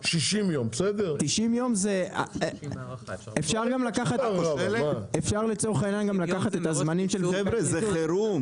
יש לנו שם אפשרות לאורכה של עד 150 ימים,